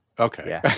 Okay